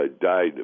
died